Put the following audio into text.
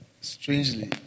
strangely